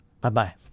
Bye-bye